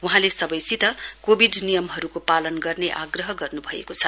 वहाँले सबैसित कोविड नियमहरूको पालना गर्ने आग्रह गर्न् भएको छ